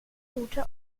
rote